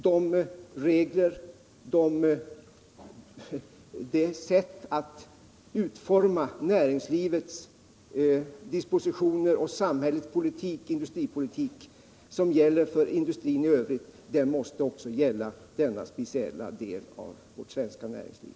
Det sätt att utforma näringslivets dispositioner och samhällets industripolitik som gäller för industrin i övrigt måste också gälla för denna speciella del av vårt svenska näringsliv.